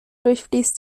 durchfließt